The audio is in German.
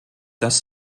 dass